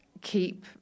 keep